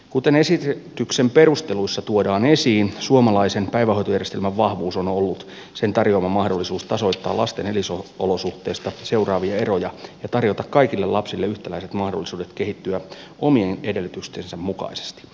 kuten esityksen perusteluissa tuodaan esiin suomalaisen päivähoitojärjestelmän vahvuus on ollut sen tarjoama mahdollisuus tasoittaa lasten elinolosuhteista seuraavia eroja ja tarjota kaikille lapsille yhtäläiset mahdollisuudet kehittyä omien edellytystensä mukaisesti